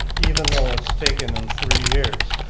even though it's taken them three years,